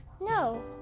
No